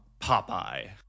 popeye